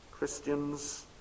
Christians